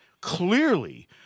clearly